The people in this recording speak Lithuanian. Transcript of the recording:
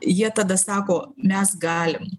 jie tada sako mes galim